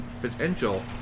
potential